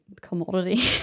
commodity